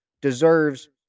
deserves